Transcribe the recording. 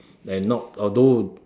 and not although